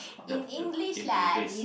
the the in English